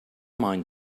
mind